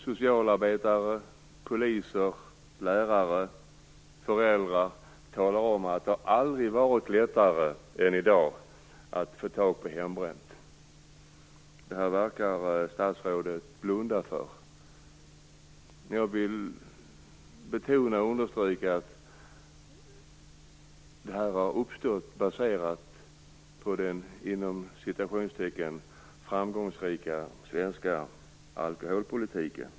Socialarbetare, poliser, lärare och föräldrar talar om att det aldrig har varit lättare än i dag att få tag på hembränt. Det här verkar statsrådet blunda för. Jag vill betona och understryka att det här har uppstått på grund av den "framgångsrika svenska alkoholpolitiken".